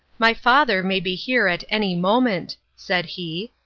my father may be here at any moment, said he,